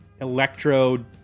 electro